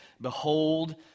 Behold